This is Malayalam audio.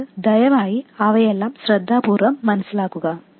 അതിനാൽ ദയവായി അവയെല്ലാം ശ്രദ്ധാപൂർവ്വം മനസ്സിലാക്കുക